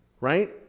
Right